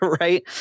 Right